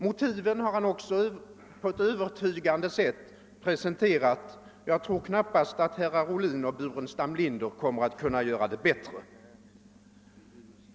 Motiven har han också på ett övertygande sätt presenterat. Jag tror knappast att herrar Ohlin och Burenstam Linder kommer att kunna göra det bättre.